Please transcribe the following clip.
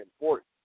important